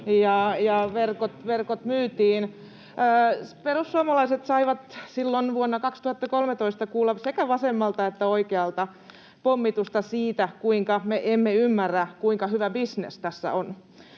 ja verkot myytiin. Perussuomalaiset saivat silloin vuonna 2013 kuulla sekä vasemmalta että oikealta pommitusta siitä, kuinka me emme ymmärrä, kuinka hyvä bisnes tässä on.